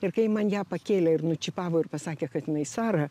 ir kai man ją pakėlė ir nučipavo ir pasakė kad jinai sara